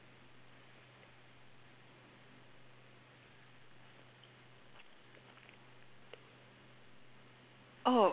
oh